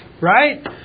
right